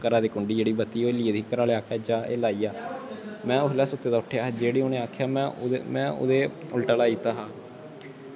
घरा दी घूंडी जेह्ड़ी बत्ती ओह् हिल्ली गेदी ऐ में आखेआ जाऽ एह् लाई आ में उसलै सुत्ते दा उट्ठेआ ते उ'नें आखेआ में ओह्दे उल्टा लाई दित्ता हा